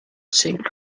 sailed